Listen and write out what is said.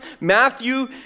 Matthew